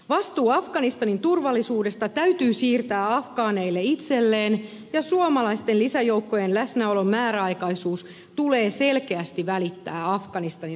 vastuu afganistanin turvallisuudesta täytyy siirtää afgaaneille itselleen ja suomalaisten lisäjoukkojen läsnäolon määräaikaisuus tulee selkeästi välittää afganistanin hallitukselle